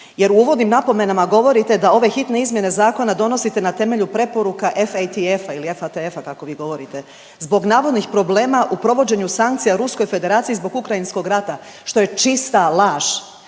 jer u uvodnim napomenama govorite da ove hitne izmjene zakona donosite na temelju preporuka FATF-a ili kako FTF-a kako vi govorite, zbog navodnih problema u provođenju sankcija Ruskoj Federaciji zbog ukrajinskog rata, što je čista laž.